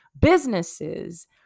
businesses